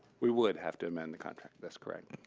we would have to amend the contract, that's correct.